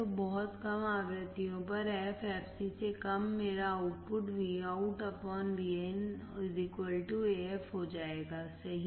तो बहुत कम आवृत्तियों परf fcसे कम मेरा आउटपुट Vout Vin AF हो जाएगा सही